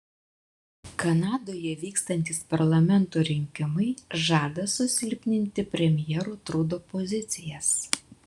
kanadoje vykstantys parlamento rinkimai žada susilpninti premjero trudo pozicijas